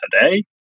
today